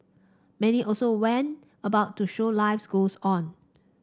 many also went about to show life goes on